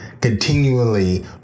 continually